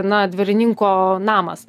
na dvarininko namas